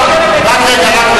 רק רגע.